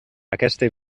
aquesta